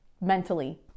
mentally